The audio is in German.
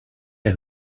der